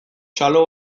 txalo